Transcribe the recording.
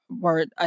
word